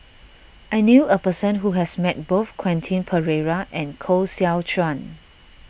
I knew a person who has met both Quentin Pereira and Koh Seow Chuan